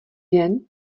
den